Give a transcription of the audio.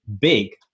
big